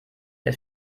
der